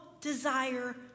desire